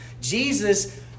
Jesus